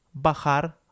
Bajar